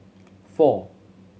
four